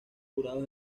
jurados